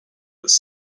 its